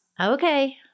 Okay